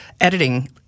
editing